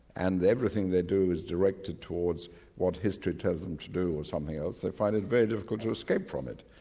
and everything they do is directed towards what history tells them to do or something else. they find it very difficult to escape from it.